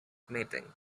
meeting